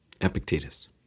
Epictetus